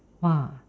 !woah!